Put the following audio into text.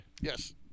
yes